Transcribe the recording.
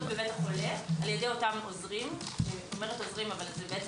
בבית החולה על ידי אותם עוזרים אני אומרת עוזרים אבל זה בעצם